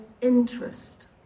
interest